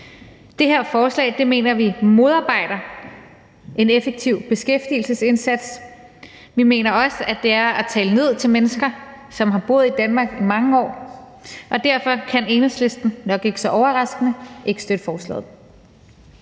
Det her forslag mener vi modarbejder en effektiv beskæftigelsesindsats. Vi mener også, at det er at tale ned til mennesker, som har boet i Danmark i mange år, og derfor kan Enhedslisten – nok ikke så overraskende – ikke støtte forslaget.